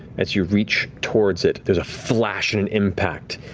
as you reach towards it, there's a flash and an impact.